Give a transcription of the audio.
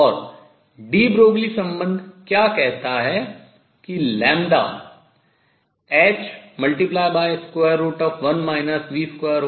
और de Broglie संबंध क्या कहता है कि लैम्ब्डा h1 v2c2mv द्वारा दिया जाएगा